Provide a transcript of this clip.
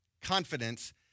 confidence